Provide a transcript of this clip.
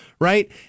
Right